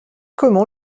comment